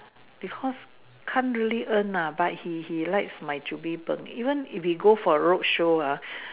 because can't really earn lah but he he likes my chu-bee-png even if he go for road show ah